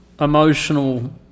emotional